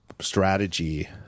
strategy